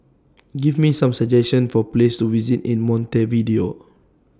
Give Me Some suggestions For Places to visit in Montevideo